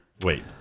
Wait